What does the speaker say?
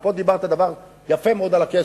ופה אמרת דבר יפה מאוד על הכסף,